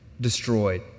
destroyed